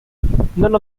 none